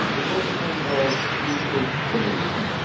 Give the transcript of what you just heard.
it was a kind of a peaceful revolution.